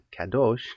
kadosh